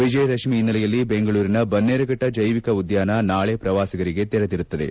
ವಿಜಯದಶಮಿ ಹಿನ್ನೆಲೆಯಲ್ಲಿ ಬೆಂಗಳೂರಿನ ಬನ್ನೇರುಫಟ್ಟ ಜೈವಿಕ ಉದ್ಘಾನ ನಾಳೆ ಪ್ರವಾಸಿಗರಿಗೆ ತೆರೆದಿರುತ್ತದೆ